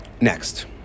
Next